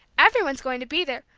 every one's going to be there!